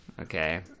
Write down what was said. okay